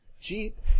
jeep